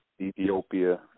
Ethiopia